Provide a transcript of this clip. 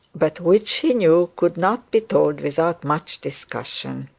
but which he knew could not be told without much discussion.